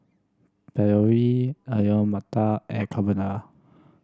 Ravioli Alu Matar and Carbona